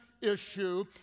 issue